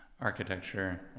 architecture